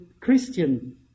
Christian